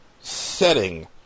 setting